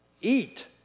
Eat